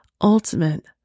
ultimate